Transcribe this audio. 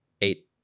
eight